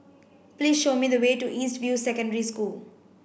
please show me the way to East View Secondary School